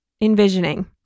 envisioning